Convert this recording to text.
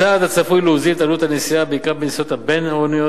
צעד הצפוי להוזיל את עלות הנסיעה בעיקר בנסיעות הבין-עירוניות,